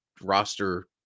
roster